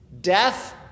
death